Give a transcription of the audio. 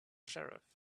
sheriff